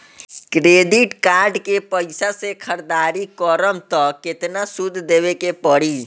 Credit card के पैसा से ख़रीदारी करम त केतना सूद देवे के पड़ी?